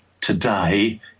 today